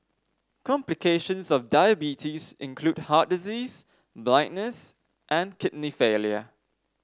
complications of diabetes include heart disease blindness and kidney failure